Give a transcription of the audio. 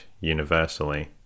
universally